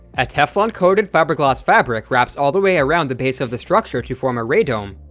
a teflon-coated fiberglass fabric wraps all the way around the base of the structure to form a radome,